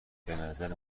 بنظر